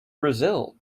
brazil